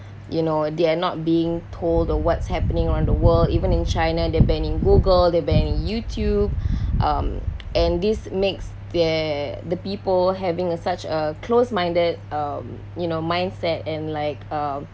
you know they're not being told the what's happening around the world even in china they're banning google they're banning youtube um and this makes that the people having uh such a close-minded um you know mindset and like um